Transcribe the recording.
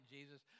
Jesus